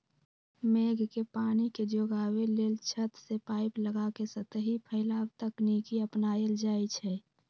मेघ के पानी के जोगाबे लेल छत से पाइप लगा के सतही फैलाव तकनीकी अपनायल जाई छै